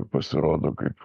pasirodo kaip